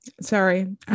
Sorry